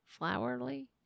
flowerly